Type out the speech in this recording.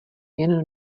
jen